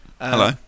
Hello